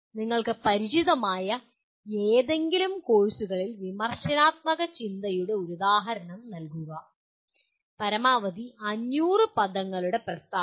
നിങ്ങൾക്ക് പരിചിതമായ ഏതെങ്കിലും കോഴ്സുകളിൽ വിമർശനാത്മക ചിന്തയുടെ ഒരു ഉദാഹരണം നൽകുക പരമാവധി 500 പദങ്ങളുടെ പ്രസ്താവന